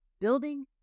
Building